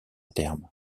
terme